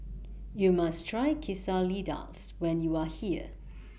YOU must Try Quesadillas when YOU Are here